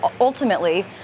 ultimately